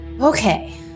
Okay